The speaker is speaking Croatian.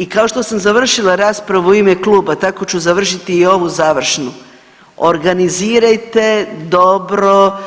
I kao što sam završila raspravu u ime kluba tako ću završiti i ovu završnu, organizirajte dobro